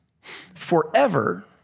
forever